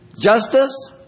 justice